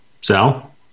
Sal